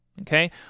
okay